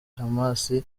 hamas